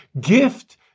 gift